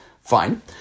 Fine